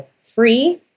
free